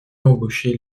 embaucher